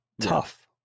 tough